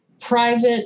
private